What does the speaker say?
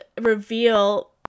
reveal